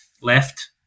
left